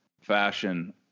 fashion